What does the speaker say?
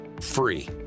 free